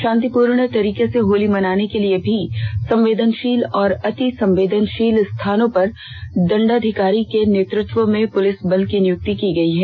शांतिपूर्ण तरीके से होली मनाने के लिए भी संवोदनषील और अतिसंवेदनषील स्थानों पर दंडाधिकारी के नेतत्व में पुलिस बल की नियुक्ति की गई है